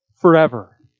forever